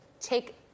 take